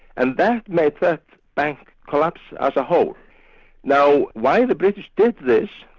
and that made that bank collapse a whole. now why the british did this,